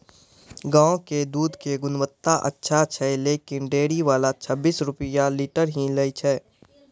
गांव के दूध के गुणवत्ता अच्छा छै लेकिन डेयरी वाला छब्बीस रुपिया लीटर ही लेय छै?